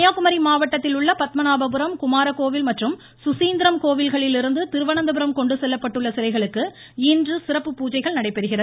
கன்னியாக்குமரி மாவட்டத்தில் உள்ள பத்மநாபபுரம் குமாரகோவில் மற்றும் சுசீந்திரம் கோவில்களிலிருந்து திருவனந்தபுரம் கொண்டு செல்லப்பட்டுள்ள சிலைகளுக்கு இன்று சிறப்பு பூஜைகள் நடைபெறுகிறது